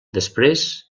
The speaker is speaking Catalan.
després